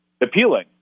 appealing